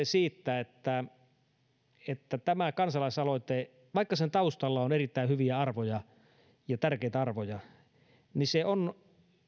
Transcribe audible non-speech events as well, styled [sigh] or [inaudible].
[unintelligible] siitä että että tämä kansalaisaloite vaikka sen taustalla on erittäin hyviä arvoja ja tärkeitä arvoja on